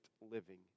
living